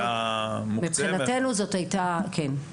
בחינתנו, כן.